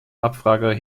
abfrage